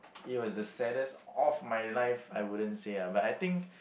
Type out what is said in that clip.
it was the saddest of my life I wouldn't say lah but I think